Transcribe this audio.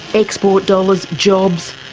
export dollars, jobs,